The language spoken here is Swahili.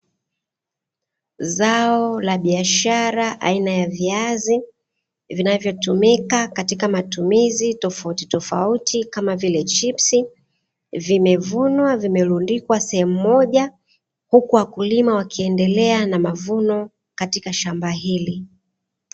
Zao la biashara aina ya viazi vinavyotumika katika matumizi tofautitofauti kama vile chipsi, vimevunwa vimerundikwa seemu moja uku wakulima wakiendelea na mavuno katika shamba hili.